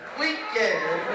weekend